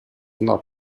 not